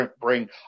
bring